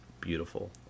beautiful